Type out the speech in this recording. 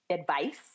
advice